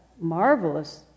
marvelous